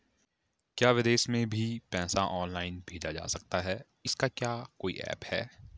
क्या विदेश में भी पैसा ऑनलाइन भेजा जा सकता है इसका क्या कोई ऐप है?